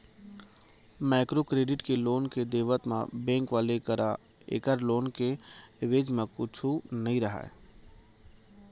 micro credit के loan के देवत म बेंक वाले करा ऐखर लोन के एवेज म कुछु नइ रहय